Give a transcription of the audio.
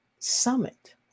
summit